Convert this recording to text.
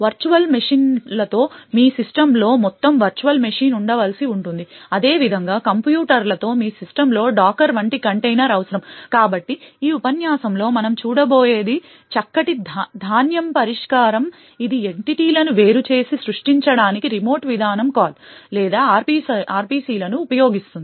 virtual మిషన్లతో మీ సిస్టమ్లో మొత్తం వర్చువల్ మెషీన్ ఉండవలసి ఉంటుంది అదేవిధంగా కంటైనర్లతో మీ సిస్టమ్లో డాకర్ వంటి కంటైనర్ అవసరం కాబట్టి ఈ ఉపన్యాసంలో మనం చూడబోయేది చక్కటి ధాన్యం పరిష్కారం ఇది ఎంటిటీలను వేరు చేసి సృష్టించడానికి రిమోట్ విధానం కాల్ లేదా RPC లను ఉపయోగిస్తుంది